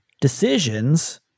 decisions